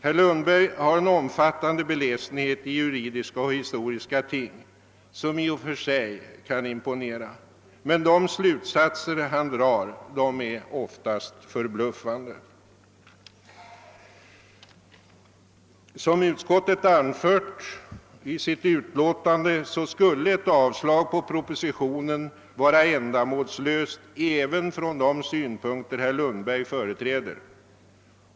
Herr Lundberg har en omfattande beläsenhet i juridiska och historiska ting som i och för sig kan imponera, men de slutsatser han drar är ofta förbluffande. Som utskottet anfört i sitt utlåtande skulle ett avslag på propositionen vara ändamålslöst även från de synpunkter herr Lundberg företräder.